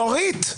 אורית.